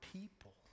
people